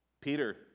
Peter